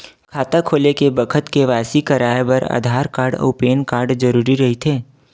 खाता खोले के बखत के.वाइ.सी कराये बर आधार कार्ड अउ पैन कार्ड जरुरी रहिथे